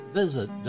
visit